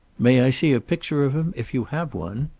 may i see a picture of him, if you have one?